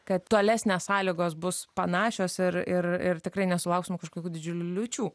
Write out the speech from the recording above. kad tolesnės sąlygos bus panašios ir ir ir tikrai nesulauksim kažkokių didžiulių liūčių